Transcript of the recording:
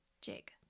Jig